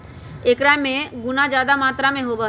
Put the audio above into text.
एकरा में गुना जादा मात्रा में होबा हई